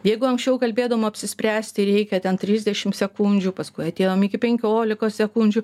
jeigu anksčiau kalbėdama apsispręsti reikia ten trisdešim sekundžių paskui atėjom iki penkiolikos sekundžių